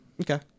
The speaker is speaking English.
Okay